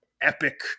epic